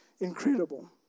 incredible